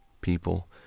people